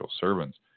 servants